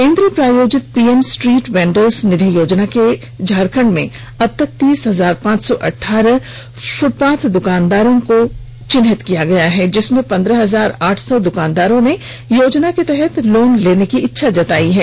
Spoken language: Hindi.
केंद्र प्रायोजित पीएम स्ट्रीट वेंडर्स निधि योजना से झारखंड में अब तक तीस हजार पांच सौ अठारह फृटपाथ दुकानदारों को चिंहित किया गया है जिनमें पंद्रह हजार आठ सौ दुकानदारों ने इस योजना के तहत लोन लेने की इच्छा जतायी है